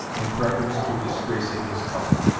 in preference to disgracing his colour.